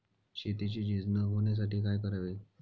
शेतीची झीज न होण्यासाठी काय करावे?